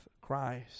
christ